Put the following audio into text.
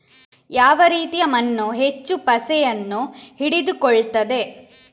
ಯಾವ ರೀತಿಯ ಮಣ್ಣು ಹೆಚ್ಚು ಪಸೆಯನ್ನು ಹಿಡಿದುಕೊಳ್ತದೆ?